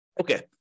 Okay